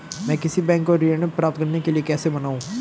मैं किसी बैंक को ऋण प्राप्त करने के लिए कैसे मनाऊं?